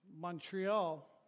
Montreal